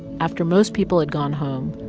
after most people had gone home,